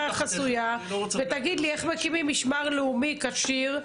חסויה ותגיד לי איך מקימים משמר לאומי כשיר ובכושר.